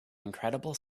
incredible